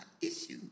issues